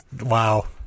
wow